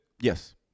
Yes